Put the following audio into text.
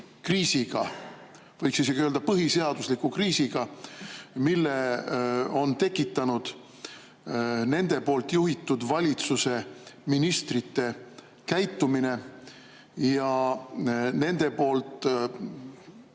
kriisiga – võiks isegi öelda, et põhiseadusliku kriisiga, mille on tekitanud nende juhitud valitsuse ministrite käitumine ja nende